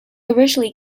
originally